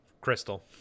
Crystal